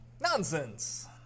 Nonsense